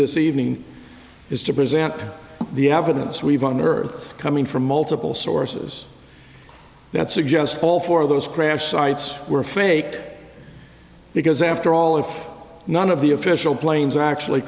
this evening is to present the evidence we have on earth coming from multiple sources that suggests all four of those crash sites were faked because after all if none of the official planes actually